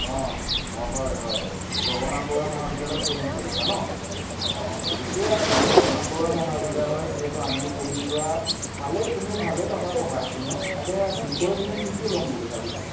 অঁ অঁ হয় হয় জগন্নাথ বৰুৱা মহাবিদ্যালয়ত পঢ়িম ভাবিছা ন অঁ ঠিকে আছে জগন্নাথ বৰুৱা মহাবিদ্যালয়ত যিহেতু আমিও পঢ়ি যোৱা ভালেই তুমি ভালেই পাবা পঢ়াখিনিও তাকে বিষয়ে তুমি কি কি ল'ম বুলি ভাবিছা